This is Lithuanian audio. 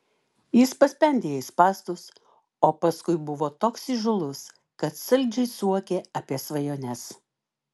jis paspendė jai spąstus o paskui buvo toks įžūlus kad saldžiai suokė apie svajones